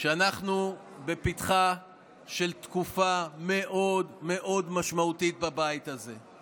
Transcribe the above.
שאנחנו בפתחה של תקופה מאוד מאוד משמעותית בבית הזה.